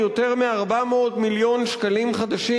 יותר מ-400 מיליון שקלים חדשים,